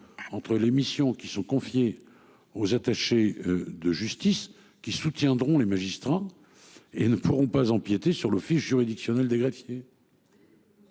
Entre les missions qui sont confiées aux attachés de justice qui soutiendront les magistrats et ne pourront pas empiéter sur le fixe juridictionnelle des greffiers.